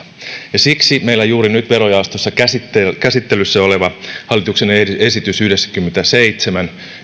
siksi meillä verojaostossa juuri nyt käsittelyssä käsittelyssä oleva hallituksen esitys yhdeksänkymmentäseitsemän